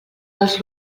dels